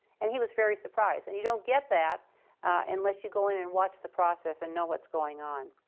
and he was very surprised. and you don't get that unless you go in and watch the process and know what's going on.